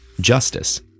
Justice